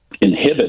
inhibit